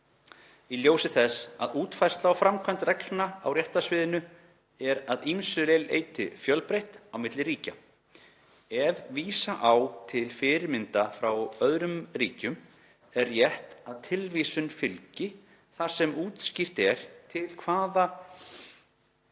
í ljósi þess að útfærsla og framkvæmd reglna á réttarsviðinu er að ýmsu leyti fjölbreytt á milli ríkja. Ef vísa á til fyrirmynda frá öðrum ríkjum er rétt að tilvísun fylgi þar sem útskýrt er til hvaða